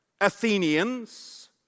Athenians